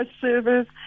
service